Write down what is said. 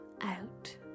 out